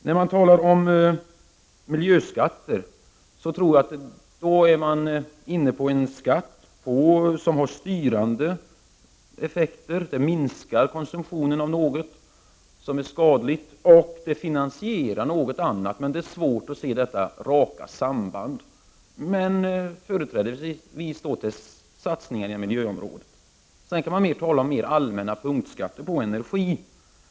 När man talar om miljöskatter är man inne på skatter som har styrande effekter, som minskar konsumtionen av något som är skadligt och finansierar något annat, men det är svårt att se detta raka samband. Men de finansierar företrädesvis satsningar på miljöområdet. Sedan kan man tala om mer allmänna punktskatter på energi.